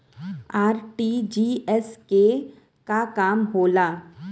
RTGS के का काम होला?